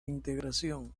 integración